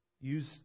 Use